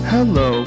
Hello